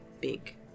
big